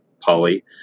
poly